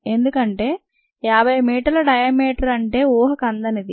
ఎందుకంటే 50 మీటర్ల డయామీటర్ అంటే ఊహకందనిది